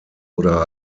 oder